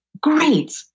Great